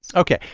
ok.